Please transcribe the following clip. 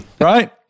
Right